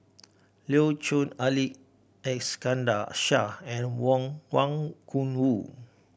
Louis Chen Ali Iskandar Shah and Wong Wang Gungwu